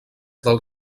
del